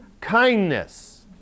kindness